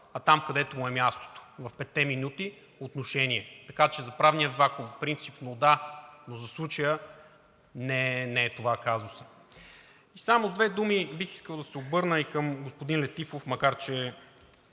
а там, където му е мястото – в петте минути отношение, така че за правния вакуум принципно да, но за случая не това е казусът. И само с две думи бих искал да се обърна и към господин Летифов, макар че